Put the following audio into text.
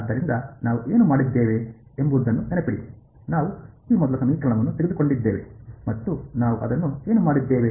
ಆದ್ದರಿಂದ ನಾವು ಏನು ಮಾಡಿದ್ದೇವೆ ಎಂಬುದನ್ನು ನೆನಪಿಡಿ ನಾವು ಈ ಮೊದಲ ಸಮೀಕರಣವನ್ನು ತೆಗೆದುಕೊಂಡಿದ್ದೇವೆ ಮತ್ತು ನಾವು ಅದನ್ನು ಏನು ಮಾಡಿದ್ದೇವೆ